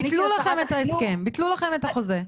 ביטלו לכם ההסכם, ביטלו לכם את החוזה.